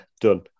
done